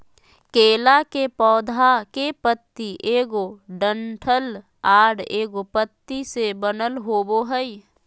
केला के पौधा के पत्ति एगो डंठल आर एगो पत्ति से बनल होबो हइ